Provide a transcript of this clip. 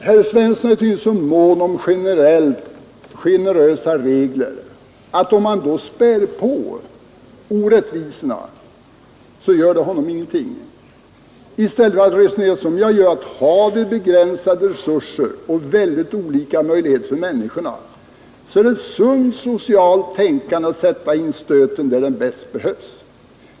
Herr Svensson är tydligen så mån om generella och generösa regler att om man därmed späder på orättvisorna så gör det honom ingenting. Herr Svensson resonerar inte som jag gör, nämligen att eftersom vi har begränsade resurser och väldigt olika möjligheter för människorna så är det sunt socialt tänkande att sätta in stöten där den bäst behövs.